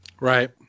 Right